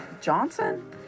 Johnson